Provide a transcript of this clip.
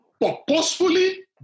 purposefully